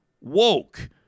woke